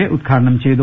A ഉദ്ഘാടനം ചെയ്തു